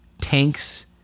tanks